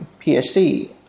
PhD